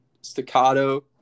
Staccato